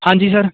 ਹਾਂਜੀ ਸਰ